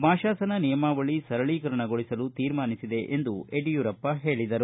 ಮಾಸಾಶನ ನಿಯಮಾವಳಿ ಸರಳೀಕರಣಗೊಳಿಸಲು ತೀರ್ಮಾನಿಸಿದೆ ಎಂದು ಯಡಿಯೂರಪ್ಪ ಹೇಳಿದರು